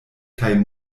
kaj